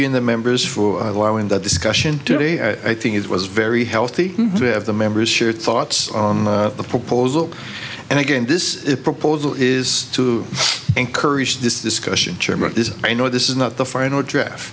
you in the members for allowing that discussion today i think it was very healthy to have the members share thoughts on the proposal and again this proposal is to encourage this discussion chair but this i know this is not the final draft